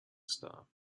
star